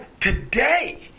today